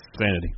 Sanity